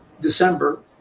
December